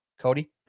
Cody